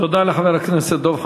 תודה לחבר הכנסת דב חנין.